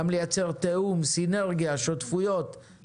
גם לייצר תיאום, סינרגיה, שותפויות.